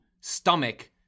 stomach